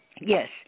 Yes